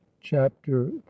chapter